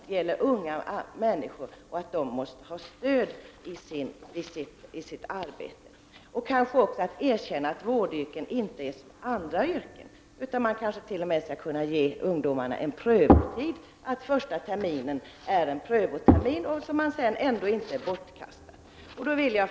Det gäller ju unga människor som måste ha stöd i sitt arbete. Man kanske också behöver erkänna att detta yrke inte är som andra yrken. Kanske kan man ge ungdomarna en prövotid, t.ex. på ett sådant sätt att den första terminen är en prövotermin som sedan inte är bortkastad.